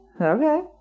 Okay